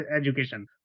education